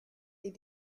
est